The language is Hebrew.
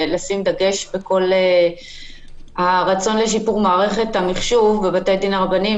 בכל הרצון לשיפור מערכת המחשוב בבתי הדין הרבניים,